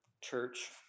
church